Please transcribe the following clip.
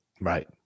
right